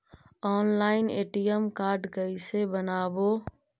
Online ATM card कैसे बनाबौ?